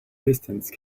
distance